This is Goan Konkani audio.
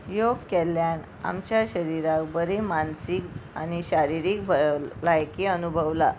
योग केल्ल्यान आमच्या शरिराक बरी मानसीक आनी शारिरीक भलायकी अनुभवला